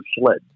sled